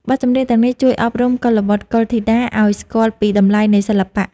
បទចម្រៀងទាំងនេះជួយអប់រំកុលបុត្រកុលធីតាឱ្យស្គាល់ពីតម្លៃនៃសិល្បៈ។